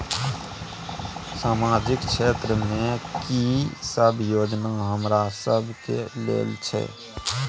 सामाजिक क्षेत्र में की सब योजना हमरा सब के लेल छै?